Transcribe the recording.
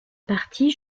partie